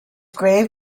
grave